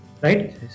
right